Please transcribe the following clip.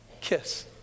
kiss